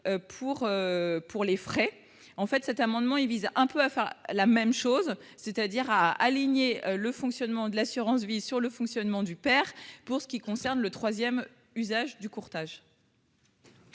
pour les frais en fait, cet amendement il vise un peu à faire la même chose, c'est-à-dire à aligner le fonctionnement de l'assurance vie sur le fonctionnement du père pour ce qui concerne le 3ème usage du courtage.